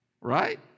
Right